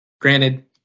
granted